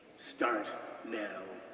start now.